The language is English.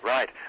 Right